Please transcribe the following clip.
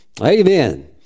Amen